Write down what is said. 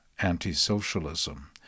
anti-socialism